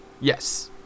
Yes